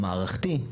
המערכתי,